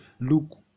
look